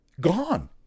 gone